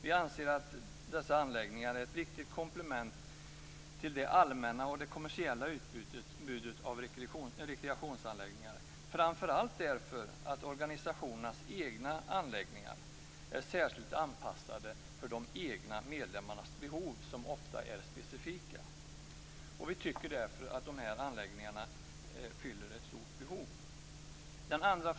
Vi anser att dessa anläggningar är ett viktigt komplement till det allmänna och det kommersiella utbudet av rekreationsanläggningar, framför allt därför att organisationernas egna anläggningar är särskilt anpassade för de egna medlemmarnas behov, som ofta är specifika. Vi tycker därför att dessa anläggningar fyller ett stort behov. Fru talman!